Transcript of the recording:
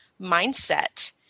mindset